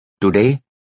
Today